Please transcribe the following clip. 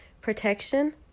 protection